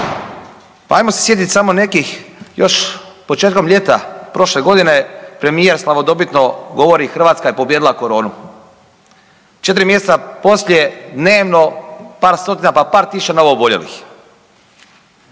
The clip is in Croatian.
Pa ajmo se sjetiti samo nekih još početkom ljeta prošle godine premijer slavodobitno govori Hrvatska je pobijedila koronu. 4 mjeseca poslije dnevno par stotina, pa par tisuća novooboljelih.